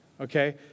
Okay